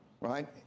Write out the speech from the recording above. right